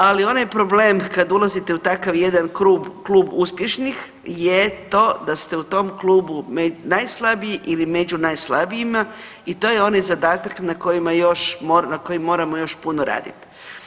Ali onaj problem kad ulazite u takav jedan klub uspješnih je to da ste u tom klubu najslabiji ili među najslabijima i to je onaj zadatak na kojima još na kojem moramo još puno radit.